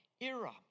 era